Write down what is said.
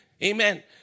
Amen